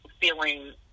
feeling